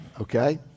okay